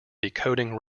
decoding